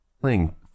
playing